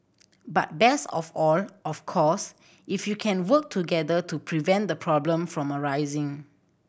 but best of all of course if you can work together to prevent the problem from arising